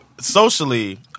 socially